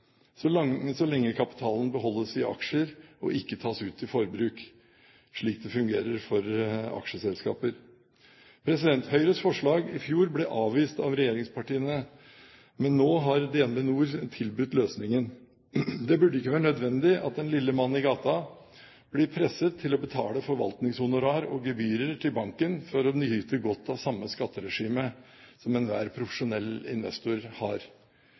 så lenge kapitalen beholdes i aksjer og ikke tas ut til forbruk, slik det fungerer for aksjeselskaper. Høyres forslag i fjor ble avvist av regjeringspartiene, men nå har DnB NOR tilbudt løsningen. Det burde ikke være nødvendig at den lille mann blir presset til å betale forvaltningshonorar og gebyrer til banken for å nyte godt av det samme skatteregimet som enhver profesjonell investor har.